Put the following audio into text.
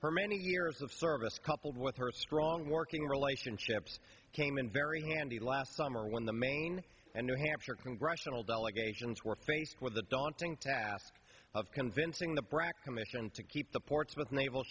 for many years of service coupled with her strong working relationships came in very handy last summer when the maine and new hampshire congressional delegations were faced with the daunting task of convincing the brac commission to keep the portsmouth naval